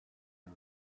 ear